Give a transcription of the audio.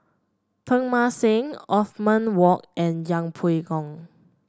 Teng Mah Seng Othman Wok and Yeng Pway Ngon